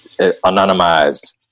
anonymized